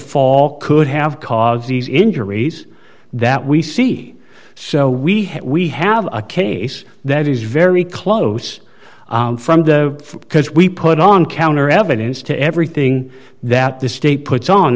fall could have caused these injuries that we see so we we have a case that is very close from the because we put on counterevidence to everything that the state puts on